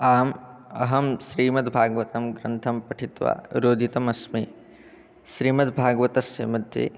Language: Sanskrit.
आम् अहं श्रीमद्भागवतं ग्रन्थं पठित्वा रोदितमस्मि श्रीमद्भागवतस्य मध्ये